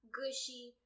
gushy